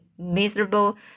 miserable